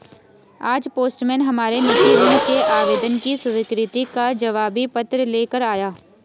आज पोस्टमैन हमारे निजी ऋण के आवेदन की स्वीकृति का जवाबी पत्र ले कर आया